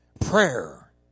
prayer